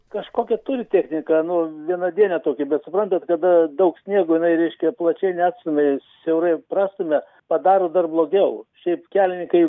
kažkokią turi techniką nu vienadienę tokią bet suprantat kada daug sniego jinai reiškia plačiai neatstumia siaurai prastumia padaro dar blogiau šiaip kelininkai